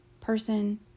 person